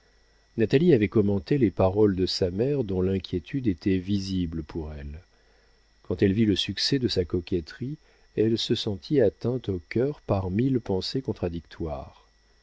natalie avait commenté les paroles de sa mère dont l'inquiétude était visible pour elle quand elle vit le succès de sa coquetterie elle se sentit atteinte au cœur par mille pensées contradictoires